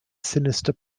sinister